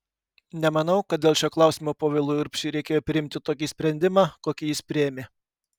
nemanau kad dėl šio klausimo povilui urbšiui reikėjo priimti tokį sprendimą kokį jis priėmė